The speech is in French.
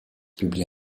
publie